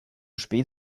spät